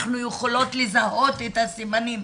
אנחנו יכולות לזהות את הסימנים.